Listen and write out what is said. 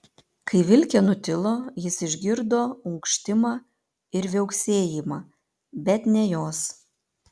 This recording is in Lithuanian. kai vilkė nutilo jis išgirdo unkštimą ir viauksėjimą bet ne jos